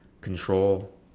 control